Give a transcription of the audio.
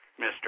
Mr